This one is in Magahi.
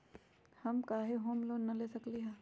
हम काहे होम लोन न ले सकली ह?